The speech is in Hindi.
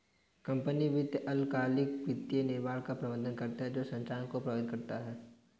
कंपनी वित्त अल्पकालिक वित्तीय निर्णयों का प्रबंधन करता है जो संचालन को प्रभावित करता है